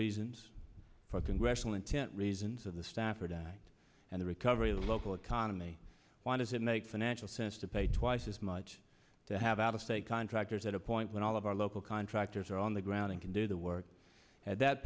reasons for congressional intent reasons of the stafford act and the recovery of the local economy why does it make financial sense to pay twice as much to have out of state contractors at a point when all of our local contractors are on the ground and can do the work at that